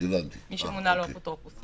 מי שמונה לו אפוטרופוס.